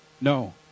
No